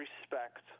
respect